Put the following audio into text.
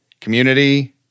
community